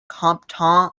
compton